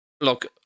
Look